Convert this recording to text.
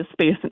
space